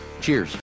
Cheers